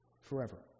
forever